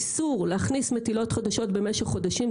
אנחנו מדברים על איסור להכניס מטילות חדשות במשך חודשים,